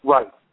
Right